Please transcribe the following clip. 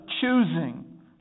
choosing